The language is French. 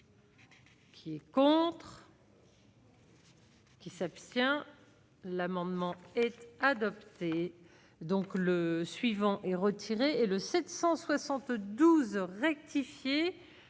Qui contres. Qui s'abstient l'amendement est adopté, donc le suivant est retiré et le 772 rectifié